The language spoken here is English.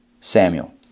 Samuel